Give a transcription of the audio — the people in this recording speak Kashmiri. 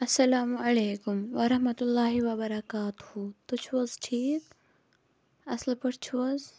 اَلسَلامُ علیکُم وَرَحمَتُ اللہِ وَ بَرَکاتُہٗ تُہۍ چھِو حظ ٹھیٖک اصل پٲٹھۍ چھِو حظ